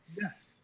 Yes